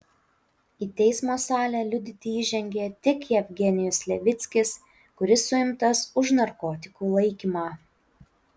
į teismo salę liudyti įžengė tik jevgenijus levickis kuris suimtas už narkotikų laikymą